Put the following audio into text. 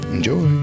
Enjoy